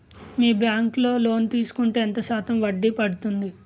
మీ bank లో loan తీసుకుంటే ఎంత శాతం వడ్డీ పడ్తుంది?